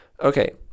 Okay